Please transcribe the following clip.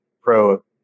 pro